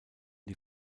die